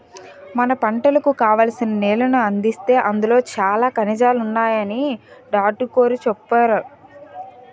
మన పంటలకు కావాల్సిన నీళ్ళను అందిస్తే అందులో చాలా ఖనిజాలున్నాయని డాట్రుగోరు చెప్పేరు